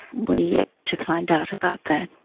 we are yet to find out about that.